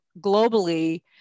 Globally